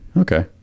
Okay